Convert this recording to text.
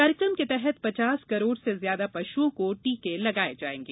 कार्यक्रम के तहत पचास करोड़ से ज्यादा पशुओं को टीके लगाए जाएंगे